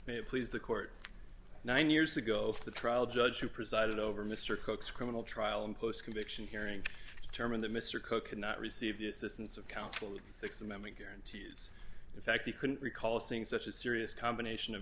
may please the court nine years ago the trial judge who presided over mr cook's criminal trial and post conviction hearing term that mr cook could not receive the assistance of counsel the th amendment guarantees in fact he couldn't recall seeing such a serious combination of